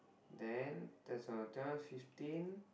then two thousand twelve fifteen